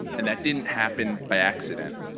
and that didn't happen by accident,